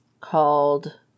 called